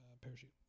parachute